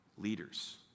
leaders